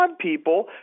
people